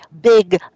big